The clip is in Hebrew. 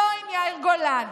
לא עם יאיר גולן.